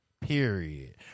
Period